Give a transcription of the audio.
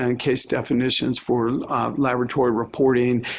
and case definitions for laboratory reporting.